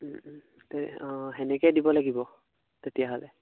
তে অঁ সেনেকেই দিব লাগিব তেতিয়াহ'লে